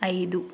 ఐదు